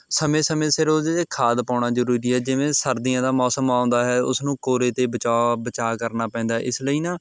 ਸਮੇਂ ਸਮੇਂ ਸਿਰ ਉਹਦੇ 'ਤੇ ਖਾਦ ਪਾਉਣਾ ਜ਼ਰੂਰੀ ਹੈ ਜਿਵੇਂ ਸਰਦੀਆਂ ਦਾ ਮੌਸਮ ਆਉਂਦਾ ਹੈ ਉਸ ਨੂੰ ਕੋਰੇ ਤੋਂ ਬਚਾਅ ਬਚਾਅ ਕਰਨਾ ਪੈਂਦਾ ਹੈ ਇਸ ਲਈ ਨਾ